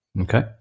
Okay